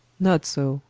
not so,